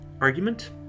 argument